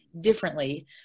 differently